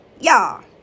Y'all